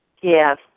Yes